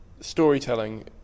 storytelling